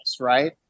right